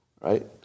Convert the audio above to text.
right